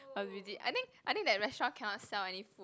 must visit I think I think that restaurant cannot sell any food